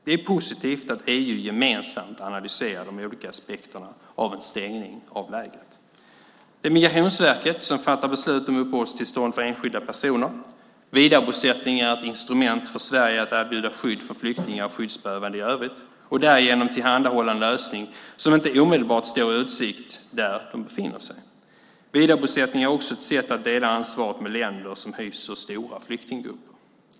Det är positivt att EU gemensamt analyserar de olika aspekterna av en stängning av lägret. Det är Migrationsverket som fattar beslut om uppehållstillstånd för enskilda personer. Vidarebosättning är ett instrument för Sverige att erbjuda skydd för flyktingar och skyddsbehövande i övrigt och därigenom tillhandahålla en lösning som inte omedelbart står i utsikt där de befinner sig. Vidarebosättning är också ett sätt att dela ansvaret med länder som hyser stora flyktinggrupper.